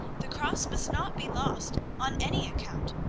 the cross must not be lost, on any account.